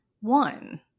one